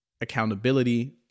accountability